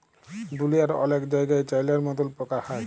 দুঁলিয়ার অলেক জায়গাই চাইলার মতল পকা খায়